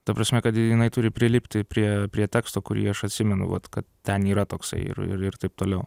ta prasme kad jinai turi prilipti prie prie teksto kurį aš atsimenu vat kad ten yra toksai ir ir taip toliau